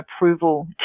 approval